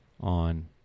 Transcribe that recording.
on